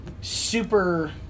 super